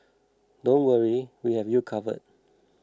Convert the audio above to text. don't worry we have you covered